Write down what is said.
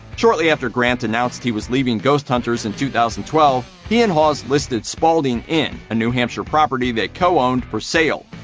shortly after grant announced he was leaving ghost hunters in two thousand and twelve, he and hawes listed spalding inn, a new hampshire property they co-owned, for sale.